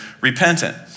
repentant